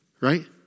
right